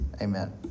Amen